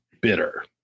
bitter